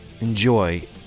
enjoy